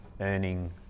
earning